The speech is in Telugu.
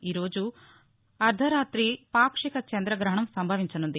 ఈ రోజు అర్దరాతి పాక్షిక చంద్రగ్రహణం సంభవించనుంది